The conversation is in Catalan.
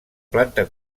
planta